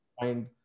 find